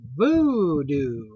Voodoo